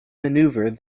maneuver